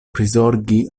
prizorgi